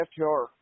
FTR